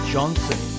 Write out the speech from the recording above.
Johnson